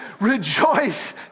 Rejoice